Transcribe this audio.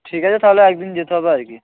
ঠিক আছে তাহলে একদিন যেতে হবে আর কি